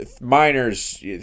miners